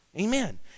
amen